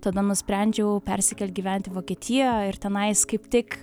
tada nusprendžiau persikelt gyvent į vokietiją ir tenais kaip tik